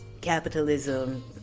capitalism